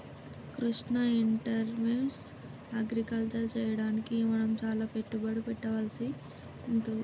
Krishna intensive agriculture చెయ్యడానికి మనం చాల పెట్టుబడి పెట్టవలసి వుంటది